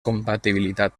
compatibilitat